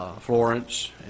Florence